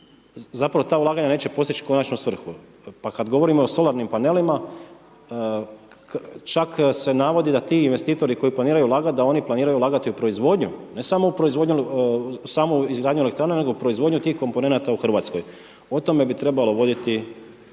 zapravo ta ulaganja neće postić konačnu svrhu. Pa kad govorimo o solarnim panelima čak se navodi da ti investitori koji planiraju ulagat da oni planiranju ulagati u proizvodnju, ne samo u proizvodnju, samo u izgradnju elektrana nego proizvodnju tih komponenata u Hrvatskoj. O tome bi trebalo voditi